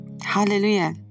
Hallelujah